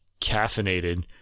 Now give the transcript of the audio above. caffeinated